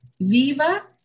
Viva